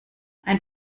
ein